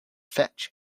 fetch